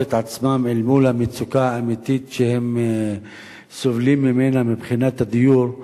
את עצמם אל מול המצוקה האמיתית שהם סובלים ממנה מבחינת הדיור.